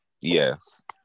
Yes